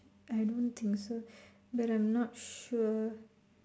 I don't think so but I'm not sure